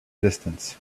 distance